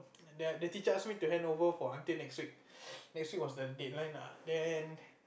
the teacher ask me to handover for until next week next week was the deadline lah then